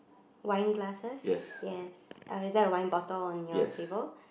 wine glasses yes uh is there a wine bottle on your table